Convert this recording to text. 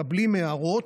מקבלים הערות.